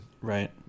Right